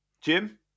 Jim